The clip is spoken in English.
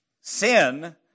Sin